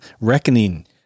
reckoning